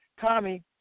Tommy